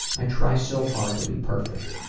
i try so hard to be perfect,